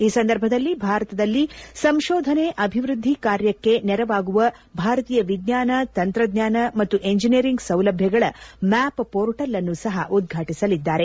ಈ ಸಂದರ್ಭದಲ್ಲಿ ಭಾರತದಲ್ಲಿ ಸಂಶೋಧನೆ ಅಭಿವೃದ್ಧಿ ಕಾರ್ಯಕ್ಕೆ ನೆರವಾಗುವ ಭಾರತೀಯ ವಿಜ್ಞಾನ ತಂತ್ರಜ್ಞಾನ ಮತ್ತು ಎಂಜಿನಿಯರಿಂಗ್ ಸೌಲಭ್ಯಗಳ ಮ್ಯಾಪ್ ಪೋರ್ಟಲ್ ಅನ್ನು ಸಹ ಉದ್ಘಾಟಿಸಲಿದ್ದಾರೆ